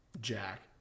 Jack